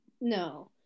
No